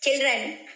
children